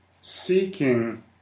seeking